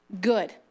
good